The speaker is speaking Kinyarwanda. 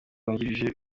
wungirije